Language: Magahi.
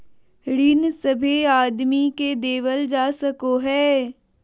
ऋण सभे आदमी के देवल जा सको हय